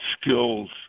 skills